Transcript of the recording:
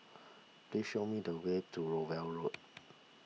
please show me the way to Rowell Road